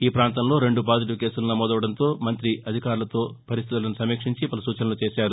ఈ పాంతంలో రెండు పాజిటీవ్ కేసులు నమోదవడంతో మంతి అధికారులతో పరిస్లితులను సమీక్షించి పలు సూచనలు చేశారు